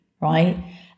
right